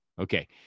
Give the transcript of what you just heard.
Okay